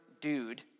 dude